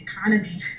economy